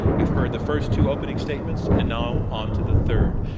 you've heard the first two opening statements, and now onto the third.